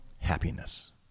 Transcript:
happiness